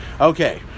Okay